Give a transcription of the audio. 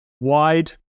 wide